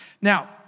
Now